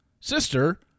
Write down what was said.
sister